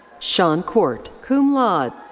sean court, cum laude.